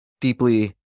Deeply